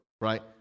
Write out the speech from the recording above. Right